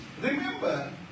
Remember